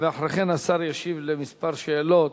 ואחרי כן השר ישיב למספר שאלות,